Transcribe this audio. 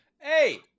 hey